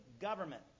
government